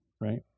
right